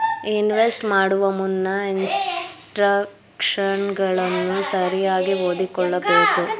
invest ಮಾಡುವ ಮುನ್ನ ಇನ್ಸ್ಟ್ರಕ್ಷನ್ಗಳನ್ನು ಸರಿಯಾಗಿ ಓದಿಕೊಳ್ಳಬೇಕು